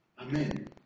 Amen